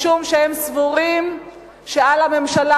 משום שהם סבורים שעל הממשלה,